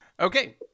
Okay